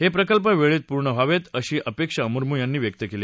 हे प्रकल्प वेळेत पूर्ण व्हावेत अशी अपेक्षा मुर्मू यांनी व्यक्त केली